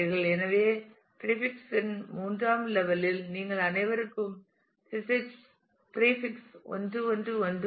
எனவே பிரீபிக்ஸ் இன் 3 ஆம் லெவல் இல் நீங்கள் அனைவருக்கும் பிரீபிக்ஸ் 1 1 1 உள்ளது